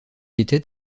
était